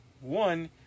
One